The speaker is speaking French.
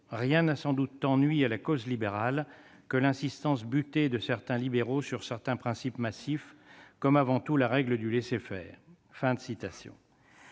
Rien n'a sans doute tant nui à la cause libérale que l'insistance butée de certains libéraux sur certains principes massifs, comme avant tout la règle du laisser-faire. »